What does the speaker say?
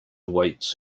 awaits